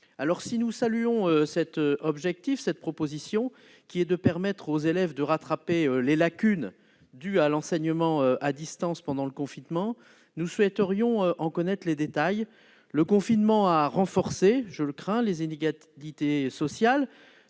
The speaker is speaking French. ouverts. Si nous saluons cette proposition, dont l'objectif est de permettre aux élèves de rattraper les lacunes liées à l'enseignement à distance pendant le confinement, nous souhaiterions en connaître les détails. Le confinement a renforcé, je le crains, les inégalités sociales.